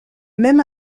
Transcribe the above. même